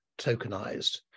tokenized